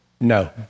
No